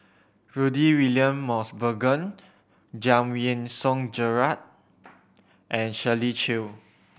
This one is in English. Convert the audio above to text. Rudy William Mosbergen Giam Yean Song Gerald and Shirley Chew